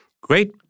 Great